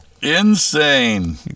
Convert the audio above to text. Insane